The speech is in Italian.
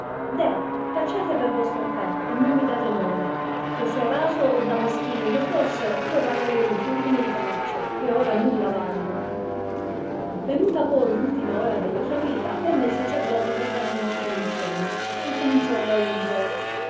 deh tacete per vostra fé e non mi date noia che se raso o damaschino io fosse io valerei un fiorina il braccio che ora nulla vaglio venuta poi r ultima ora della sua vita venne il sacerdote per dargli l'ultima unzione e cominciollo ungere